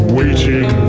waiting